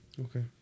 Okay